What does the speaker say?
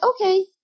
okay